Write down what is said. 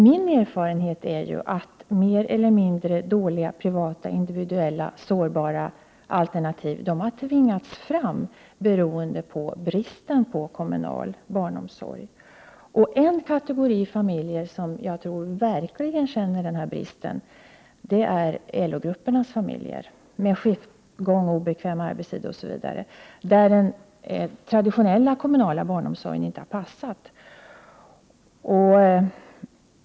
Min erfarenhet är att mer eller mindre dåliga privata individuella och sårbara alternativ har tvingats fram av bristen på kommunal barnomsorg. En kategori av familjer som verkligen har känt av den här bristen är LO-gruppernas familjer med skiftgång, obekväma arbetstider osv. , för vilka den traditionella kommunala barnomsorgen inte har passat.